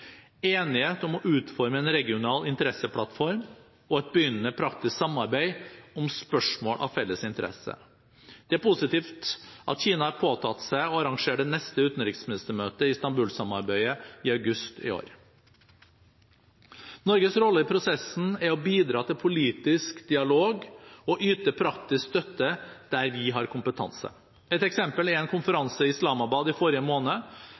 enighet om å utforme en regional interesseplattform og et begynnende praktisk samarbeid om spørsmål av felles interesse. Det er positivt at Kina har påtatt seg å arrangere det neste utenriksministermøtet i Istanbul-samarbeidet i august i år. Norges rolle i prosessen er å bidra til politisk dialog og yte praktisk støtte der vi har kompetanse. Et eksempel er en konferanse i Islamabad i forrige måned,